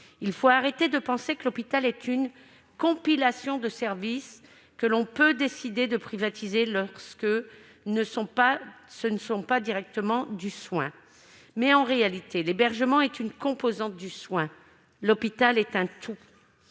Il faut cesser de penser que l'hôpital est une compilation de services que l'on peut décider de privatiser lorsqu'il ne s'agit pas directement de soins. En réalité, l'hébergement est une composante du soin, car l'hôpital est un tout.